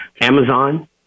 Amazon